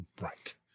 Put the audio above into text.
Right